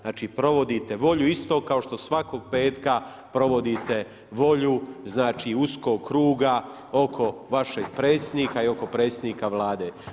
Znači, provodite volje isto kao što svakog petka provodite volju, znači, uskog kruga oko vašeg predsjednika i oko predsjednika Vlade.